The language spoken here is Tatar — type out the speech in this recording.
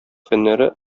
фәннәре